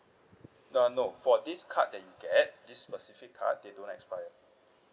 uh no for this card that you get this specific card they don't expire